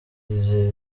yizeye